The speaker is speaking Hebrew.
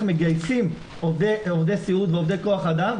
מגייסים עובדי סיעוד ועובדי כוח אדם,